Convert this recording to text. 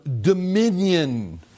dominion